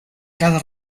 cada